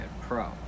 Pro